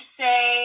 say